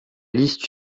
liste